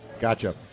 Gotcha